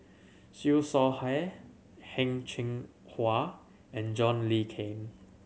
Siew Shaw Her Heng Cheng Hwa and John Le Cain